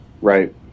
Right